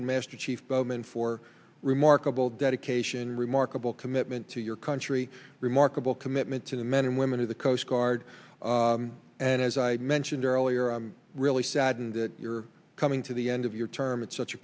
and master chief bowman for remarkable dedication remarks well commitment to your country remarkable commitment to the men and women of the coast guard and as i mentioned earlier i'm really saddened that you're coming to the end of your term it's such a